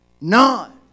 None